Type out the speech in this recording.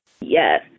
Yes